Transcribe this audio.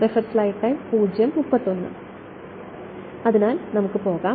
അതിനാൽ നമുക്ക് പോകാം